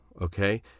okay